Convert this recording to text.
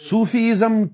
Sufism